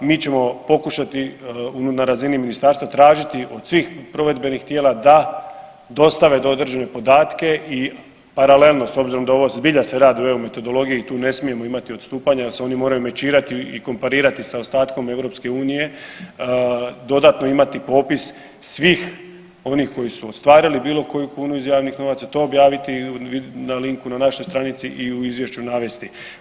Mi ćemo pokušati na razini ministarstva tražiti od svih provedbenih tijela da dostave određene podatke i paralelno s obzirom da ovo zbilja se radi o EU metodologiji i tu ne smijemo imati odstupanja jer se oni moraju mečirati i komparirati sa ostatkom EU dodatno imati popis svih onih koji su ostvarili bilo koju kunu iz javnih novaca, to objaviti na linku, na našoj stranici i u izvješću navesti.